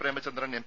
Premachandran M